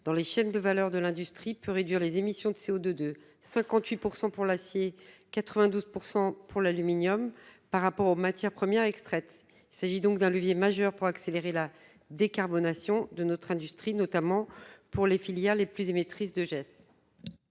dans les chaînes de valeur de l'industrie peut réduire les émissions de CO2 de 58 % pour l'acier et de 92 % pour l'aluminium par rapport aux matières premières extraites. Il s'agit donc d'un levier majeur pour accélérer la décarbonation de l'industrie en France et notamment des filières qui sont les plus émettrices de gaz